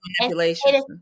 manipulation